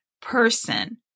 person